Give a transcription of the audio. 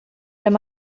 wenn